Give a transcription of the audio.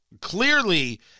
clearly